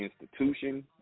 institution